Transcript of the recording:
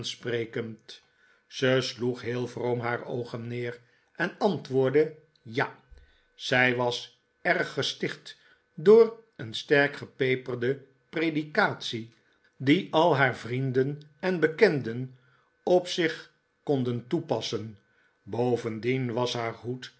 aansprekend ze sloeg heel vroom haar oogen neer en antwoordde ja zij was erg gesticht door een sterk gepeperde predikatie die al haar vrienden en bekenden op zich konden toepassen bovendien was haar hoed